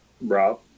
Rob